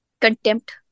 contempt